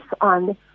on